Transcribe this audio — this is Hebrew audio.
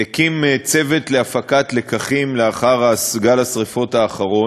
הקים צוות להפקת לקחים לאחר גל השרפות האחרון,